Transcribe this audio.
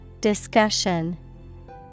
discussion